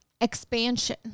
expansion